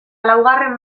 laugarren